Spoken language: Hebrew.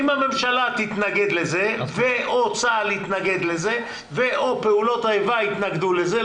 אם הממשלה תתנגד לזה או צה"ל יתנגד לזה או פעולות האיבה יתנגדו לזה,